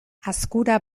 azkura